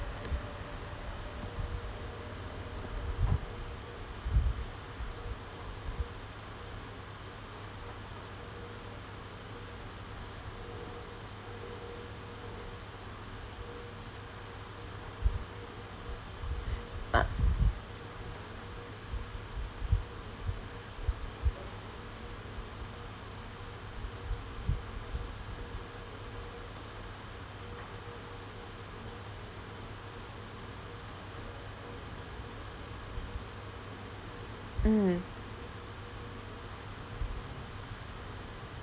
uh mm